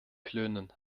klönen